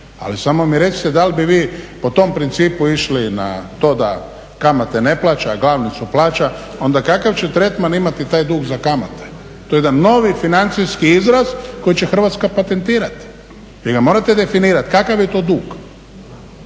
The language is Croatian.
Ali samo mi recite da li bi vi po tom principu išli na to da kamate ne plaća, a glavnicu plaća. Onda kakav će tretman imati taj dug za kamate? To je jedan novi financijski izraz koji će Hrvatska patentirati. Vi ga morate definirati kakav je to dug,